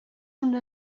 una